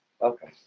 Okay